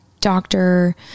doctor